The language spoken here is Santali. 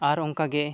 ᱟᱨ ᱚᱱᱠᱟᱜᱮ